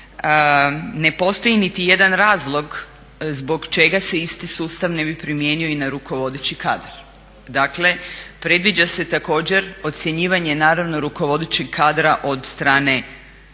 ne postoji niti jedan razlog zbog čega se isti sustav ne bi primijenio i na rukovodeći kadar. Dakle, predviđa se također ocjenjivanje naravno rukovodećeg kadra od strane